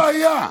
לא היה.